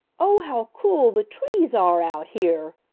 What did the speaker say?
oh, how cool the trees are out here!